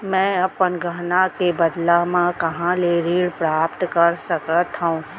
मै अपन गहना के बदला मा कहाँ ले ऋण प्राप्त कर सकत हव?